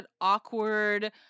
awkward